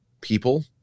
people